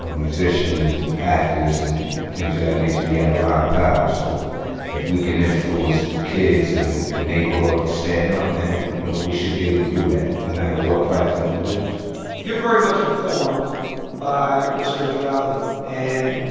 um musicians and actors and things of that nature we have a lot of power. so if we can influence the kids in the neighborhood to stand up, man, you know, we should be able to do that no matter what platform it is you're very much informed by your spirituality. and